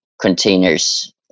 containers